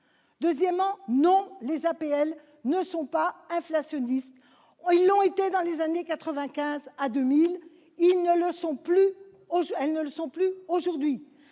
le bâtiment. Non, les APL ne sont pas inflationnistes ! Elles l'ont été dans les années 1995 à 2000 ; mais elles ne le sont plus aujourd'hui.